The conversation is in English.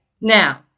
now